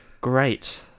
Great